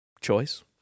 choice